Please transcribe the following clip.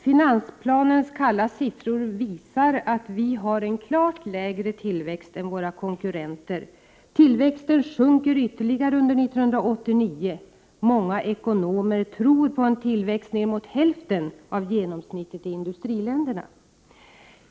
Finansplanens kalla siffror visar att vi har en klart lägre = 1februari 1989 tillväxt än våra konkurrenter. Tillväxten sjunker ytterligare under 1989. Många ekonomer tror på en tillväxt ner mot hälften av genomsnittet i industriländerna.